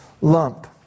lump